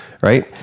right